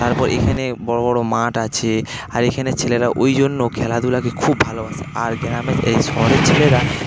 তারপর এখানে বড়ো বড়ো মাঠ আছে আর এখানে ছেলেরা ওই জন্য খেলাধূলাকে খুব ভালোবাসে আর গ্রামে এই শহরের ছেলেরা